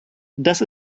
dass